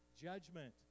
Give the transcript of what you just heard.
judgment